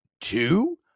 two